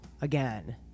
again